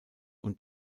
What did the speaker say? und